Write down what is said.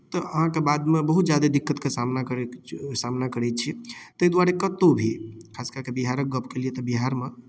तऽ अहाँक बादमे बहुत ज्यादे दिक्कतके सामना करैत सामना करैत छियै ताहि दुआरे कतहु भी खास कए कऽ बिहारक गप केलियै तऽ बिहारमे